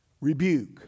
rebuke